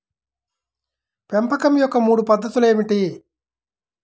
పెంపకం యొక్క మూడు పద్ధతులు ఏమిటీ?